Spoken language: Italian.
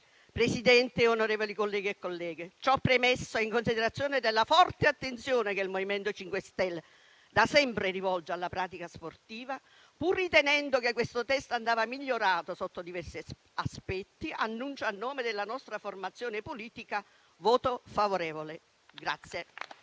Presidente, onorevoli colleghe e colleghi, ciò premesso e in considerazione della forte attenzione che il MoVimento 5 Stelle da sempre rivolge alla pratica sportiva, pur ritenendo che questo testo andasse migliorato sotto diversi aspetti, annuncio, a nome della nostra formazione politica, un voto favorevole.